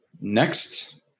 Next